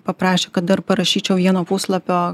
paprašė kad dar parašyčiau vieno puslapio